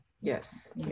Yes